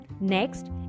Next